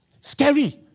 Scary